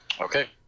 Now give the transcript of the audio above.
Okay